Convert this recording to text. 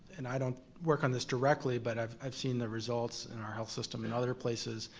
and i don't work on this directly, but i've i've seen the results in our health system and other places,